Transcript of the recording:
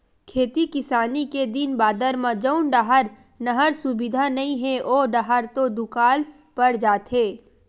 खेती किसानी के दिन बादर म जउन डाहर नहर सुबिधा नइ हे ओ डाहर तो दुकाल पड़ जाथे